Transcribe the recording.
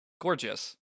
gorgeous